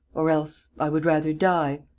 or else i would rather die.